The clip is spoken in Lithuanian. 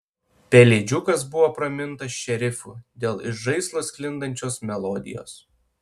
pelėdžiukas buvo pramintas šerifu dėl iš žaislo sklindančios melodijos